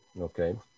okay